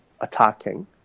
attacking